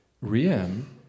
riem